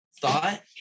thought